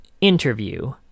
Interview